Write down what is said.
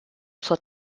zur